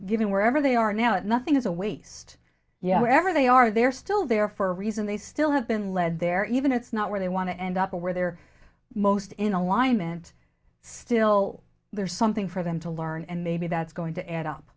given wherever they are now at nothing is a waste yes wherever they are they're still there for a reason they still have been led there even it's not where they want to end up where they're most in alignment still there's something for them to learn and maybe that's going to add up